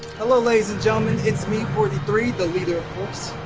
hello, ladies and gentlemen. it's me forty three, the leader of course.